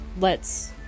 lets